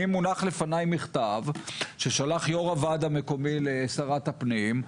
מונח לפניי מכתב ששלחת יושב ראש הוועד המקומי לשרת הפנים,